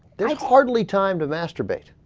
hardly time to masturbate